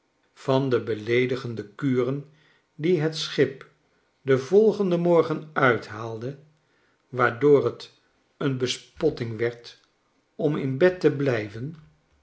yan de beleedigende kuren die het schip den volgenden morgen uithaalde waardoor het een bespotting werd om in bed te blijven